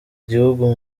igihugu